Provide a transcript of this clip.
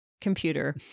computer